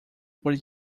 were